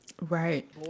Right